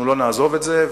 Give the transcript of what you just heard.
אנחנו לא נעזוב את זה.